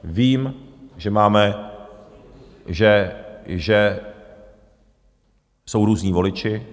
Vím, že máme, že jsou různí voliči.